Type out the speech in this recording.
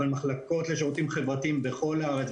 אבל מחלקות לשירותים חברתיים בכל הארץ,